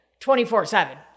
24-7